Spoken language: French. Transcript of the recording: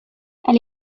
elle